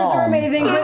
are amazing!